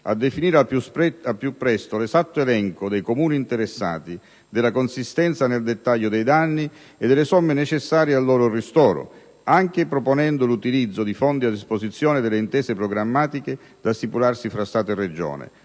a definire al più presto l'esatto elenco dei Comuni interessati, della consistenza nel dettaglio dei danni e delle somme necessarie al loro ristoro, anche proponendo l'utilizzo di fondi a disposizione delle intese programmatiche da stipularsi fra Stato e Regione,